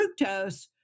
fructose